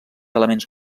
elements